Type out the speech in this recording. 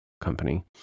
company